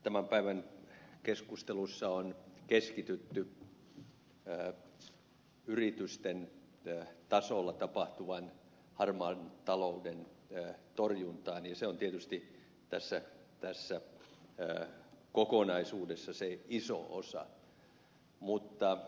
tämän päivän keskusteluissa on keskitytty yritysten tasolla tapahtuvan harmaan talouden torjuntaan ja se on tietysti tässä kokonaisuudessa se iso osa